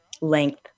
length